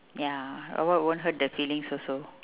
ya robot won't hurt the feelings also